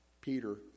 Peter